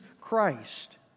Christ